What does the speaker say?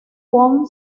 won